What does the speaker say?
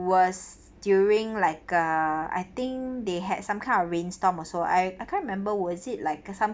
was during like uh I think they had some kind of rainstorm also I I can't remember was it like some